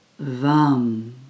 VAM